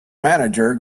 manager